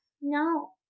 no